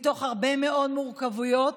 מתוך הרבה מאוד מורכבויות,